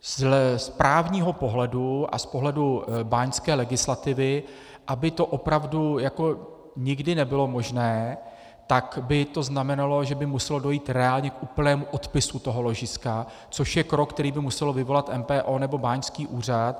z právního pohledu a z pohledu báňské legislativy, aby to opravdu nikdy nebylo možné, tak by to znamenalo, že by muselo dojít reálně k úplnému odpisu toho ložiska, což je krok, který by muselo vyvolat MPO nebo báňský úřad.